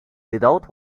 without